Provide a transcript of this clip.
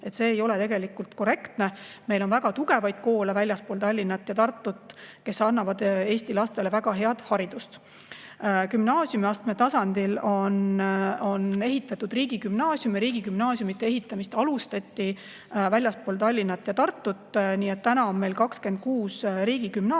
see ei ole tegelikult korrektne [väide]. Meil on väga tugevaid koole väljaspool Tallinna ja Tartut, kes annavad Eesti lastele väga head haridust. Gümnaasiumiastme tasandil on ehitatud riigigümnaasiume. Riigigümnaasiumide ehitamist alustati väljaspool Tallinna ja Tartut, nii et praegu on meil 26 riigigümnaasiumi,